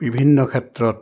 বিভিন্ন ক্ষেত্ৰত